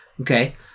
Okay